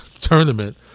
tournament